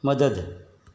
मदद